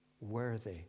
worthy